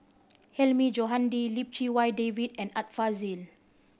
Hilmi Johandi Lim Chee Wai David and Art Fazil